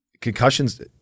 Concussions